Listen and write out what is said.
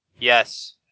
Yes